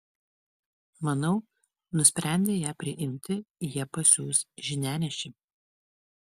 manau nusprendę ją priimti jie pasiųs žinianešį